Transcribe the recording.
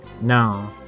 No